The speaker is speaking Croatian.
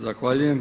Zahvaljujem.